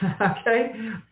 Okay